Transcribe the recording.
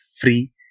free